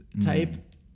type